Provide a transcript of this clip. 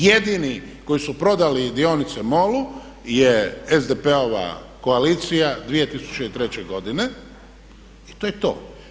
Jedini koji su prodali dionice MOL-u je SDP-ova koalicija 2003. godine i to je to.